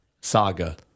saga